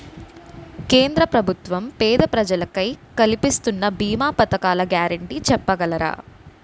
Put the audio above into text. కేంద్ర ప్రభుత్వం పేద ప్రజలకై కలిపిస్తున్న భీమా పథకాల గ్యారంటీ చెప్పగలరా?